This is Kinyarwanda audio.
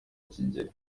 kigeli